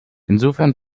insofern